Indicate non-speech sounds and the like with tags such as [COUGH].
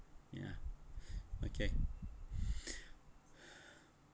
ya okay [BREATH]